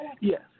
Yes